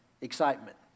excitement